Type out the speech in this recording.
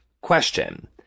question